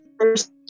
first